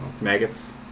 Maggots